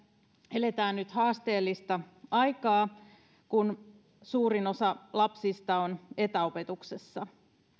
eletään nyt haasteellista aikaa kun suurin osa lapsista on etäopetuksessa